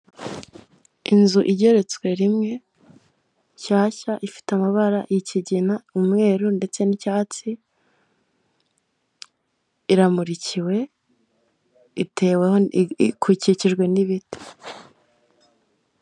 Inzu igeretswe rimwe, nshyashya ifite amabara y'ikigina, umweru ndetse n'icyatsi, iramurikiwe, ikikijwe n'ibiti.